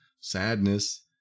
sadness